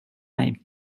mig